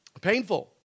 painful